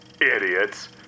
Idiots